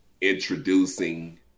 introducing